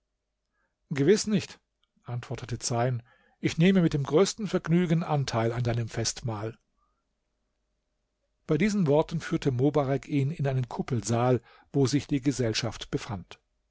gewiß nicht antwortete zeyn ich nehme mit dem größten vergnügen anteil an deinem festmahl bei diesen worten führte ihn mobarek in einen kuppelsaal wo sich die gesellschaft befand